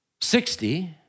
sixty